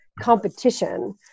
competition